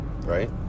right